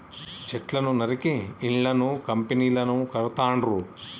చెట్లను నరికి ఇళ్లను కంపెనీలను కడుతాండ్రు